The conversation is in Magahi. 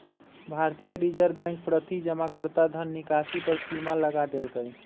भारतीय रिजर्व बैंक प्रति जमाकर्ता धन निकासी पर सीमा लगा देलकइ